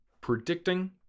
predicting